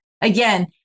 again